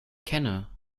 kenne